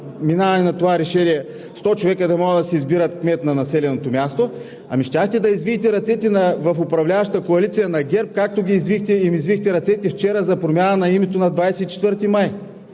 минаването на това решение: 100 човека да могат да си избират кмет на населеното място, щяхте да извиете ръцете на ГЕРБ в управляващата коалиция, както им извихте ръцете вчера за промяна на името на 24 май.